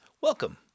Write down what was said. Welcome